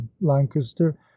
lancaster